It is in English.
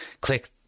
click